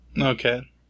Okay